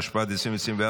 התשפ"ד 2024,